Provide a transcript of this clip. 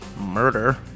murder